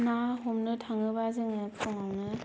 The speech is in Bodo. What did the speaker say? ना हमनो थाङोबा जोङो फुंआवनो